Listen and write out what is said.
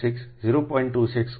26 0